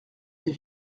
des